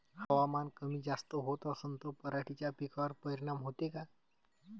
हवामान कमी जास्त होत असन त पराटीच्या पिकावर परिनाम होते का?